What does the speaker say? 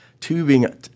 tubing